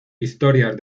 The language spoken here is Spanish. historias